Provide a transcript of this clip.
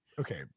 Okay